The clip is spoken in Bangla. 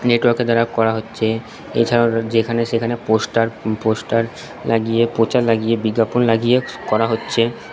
নেটওয়ার্কের দ্বারা করা হচ্ছে এছাড়াও যেখানে সেখানে পোস্টার পোস্টার লাগিয়ে প্রচার লাগিয়ে বিজ্ঞাপন লাগিয়ে করা হচ্ছে